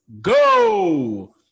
go